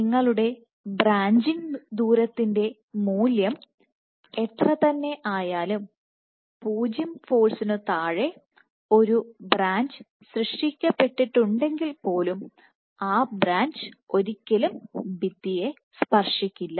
നിങ്ങളുടെ ബ്രാഞ്ചിംഗ് ദൂരത്തിന്റെ മൂല്യം എത്ര തന്നെ ആയാലും 0 ഫോഴ്സിനു താഴെ ഒരു ബ്രാഞ്ച് സൃഷ്ടിക്കപ്പെട്ടിട്ടുണ്ടെങ്കിൽപ്പോലും ആ ബ്രാഞ്ച് ഒരിക്കലും ഭിത്തിയെ സ്പർശിക്കില്ല